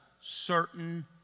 certain